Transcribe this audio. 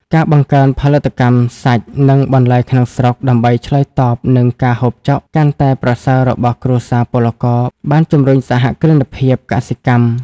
ការបង្កើនផលិតកម្មសាច់ និងបន្លែក្នុងស្រុកដើម្បីឆ្លើយតបនឹងការហូបចុកកាន់តែប្រសើររបស់គ្រួសារពលករ បានជម្រុញសហគ្រិនភាពកសិកម្ម។